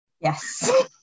Yes